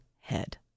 head